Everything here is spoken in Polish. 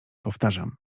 powtarzam